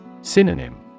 Synonym